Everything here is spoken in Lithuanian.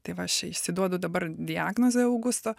tai va aš čia išsiduodu dabar diagnozę augusto